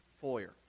foyer